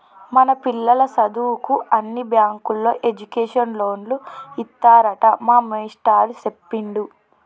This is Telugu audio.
మన పిల్లల సదువుకు అన్ని బ్యాంకుల్లో ఎడ్యుకేషన్ లోన్లు ఇత్తారట మా మేస్టారు సెప్పిండు